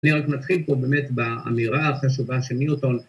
אני רק נתחיל פה באמת באמירה החשובה של מירטון